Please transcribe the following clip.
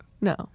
No